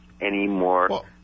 anymore